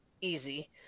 easy